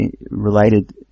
related